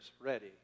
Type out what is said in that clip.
ready